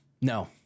no